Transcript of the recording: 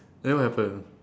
then what happen